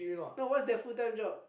no what's that full time job